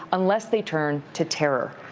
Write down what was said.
unless they turn to terror.